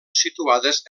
situades